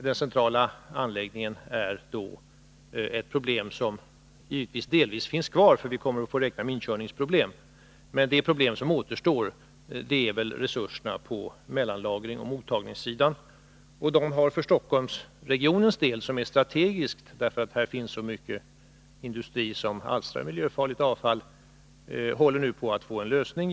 Den centrala anläggningen utgör då ett problem som givetvis delvis finns kvar, eftersom vi får räkna med inkörningsproblem. Men de återstående problemen gäller väl främst resurserna på mellanlagringsoch mottagningssidan. För Stockholmsregionens del — Stockholmsregionen är ju strategiskt viktig, eftersom det där finns så många industrier som alstrar miljöfarligt avfall — håller det på att bli en lösning.